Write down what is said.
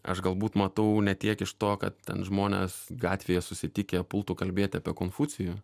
aš galbūt matau ne tiek iš to kad ten žmonės gatvėje susitikę pultų kalbėt apie konfucijų